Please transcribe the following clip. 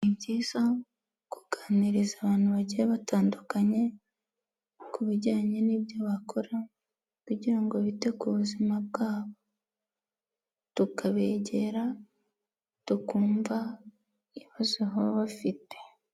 Ni byiza kuganiriza abantu bagiye batandukanye ku bijyanye n'ibyo bakora kugira ngo bite ku buzima bwabo, tukabegera, tukumva ibibazo baba bafite.